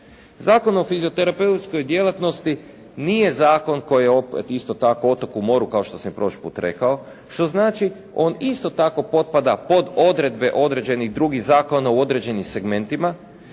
Zakon o fizioterapeutskoj djelatnosti nije zakon koji je opet isto tako otok u moru kao što sam prošli put rekao što znači on isto tako potpada pod odredbe određenih drugih zakona u određenim segmentima